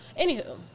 anywho